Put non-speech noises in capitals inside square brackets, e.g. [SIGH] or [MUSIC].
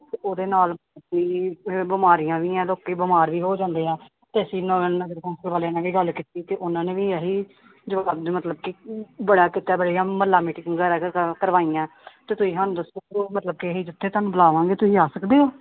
ਅਤੇ ਉਹਦੇ ਨਾਲ ਵੀ ਬਿਮਾਰੀਆਂ ਵੀ ਆ ਲੋਕ ਬਿਮਾਰ ਵੀ ਹੋ ਜਾਂਦੇ ਆ ਅਤੇ ਅਸੀਂ ਨ ਨਗਰ ਕੌਂਸਲ ਵਾਲਿਆਂ ਨਾਲ ਵੀ ਗੱਲ ਕੀਤੀ ਅਤੇ ਉਹਨਾਂ ਨੇ ਵੀ ਇਹੀ ਜੋ [UNINTELLIGIBLE] ਮਤਲਬ ਕਿ ਬੜਾ ਕੀਤਾ [UNINTELLIGIBLE] ਮੁਹੱਲਾ ਮੀਟਿੰਗ ਵਗੈਰਾ [UNINTELLIGIBLE] ਕਰਵਾਈਆਂ ਅਤੇ ਤੁਸੀਂ ਸਾਨੂੰ ਦੱਸੋ ਮਤਲਬ ਕਿ ਅਸੀਂ ਜਿੱਥੇ ਤੁਹਾਨੂੰ ਬੁਲਾਵਾਂਗੇ ਤੁਸੀਂ ਆ ਸਕਦੇ ਹੋ